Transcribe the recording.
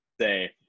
say